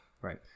Right